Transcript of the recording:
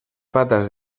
patas